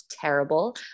terrible